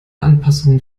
anpassungen